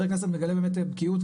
מגלה באמת בקיאות,